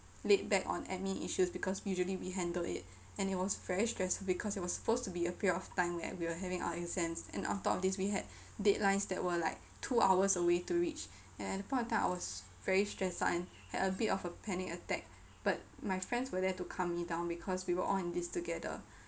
laidback on admin issues because usually we handle it and it was very stressful because it was supposed to be a period of time when we were having our exams and on top of this we had deadlines that were like two hours away to reach and at that point of time I was very stresssed out had a bit of a panic attack but my friends were there to calm me down because we were all in this together